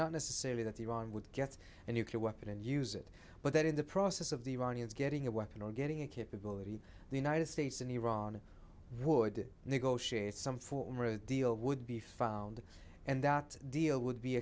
not necessarily that iran would get a nuclear weapon and use it but that in the process of the iranians getting a weapon or getting a capability the united states and iran would negotiate some form or a deal would be found and that deal would be